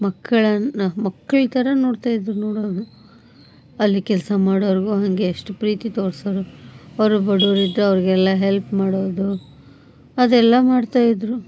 ಮಕ್ಕಳನ್ನು ಮಕ್ಳು ಥರ ನೋಡ್ತಾಯಿದ್ದರು ನೊಡೋದು ಅಲ್ಲಿ ಕೆಲಸ ಮಾಡೋರಿಗು ಹಾಗೆ ಎಷ್ಟು ಪ್ರೀತಿ ತೋರಿಸೋರು ಅವರು ಬಡವ್ರಿದ್ರೆ ಅವ್ರಿಗೆಲ್ಲ ಹೆಲ್ಪ್ ಮಾಡೋದು ಅದೆಲ್ಲ ಮಾಡ್ತಾಯಿದ್ದರು